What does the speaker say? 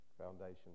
Foundation